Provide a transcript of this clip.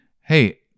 hey